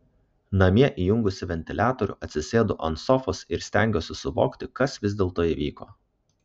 namie įjungusi ventiliatorių atsisėdu ant sofos ir stengiuosi suvokti kas vis dėlto įvyko